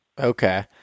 Okay